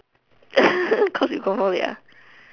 cause you go home late